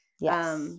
Yes